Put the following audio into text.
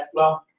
the